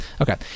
Okay